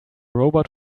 robot